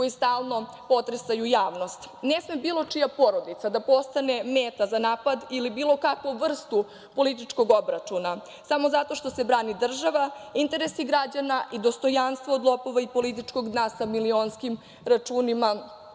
koji stalno potresaju javnost. Ne sme bilo čija porodica da postane meta za napad ili bilo kakvu vrstu političkog obračuna, samo zato što se brani država, interesi građana i dostojanstvo od lopova i političkog dna sa milionskim računima